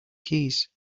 keys